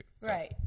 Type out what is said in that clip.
Right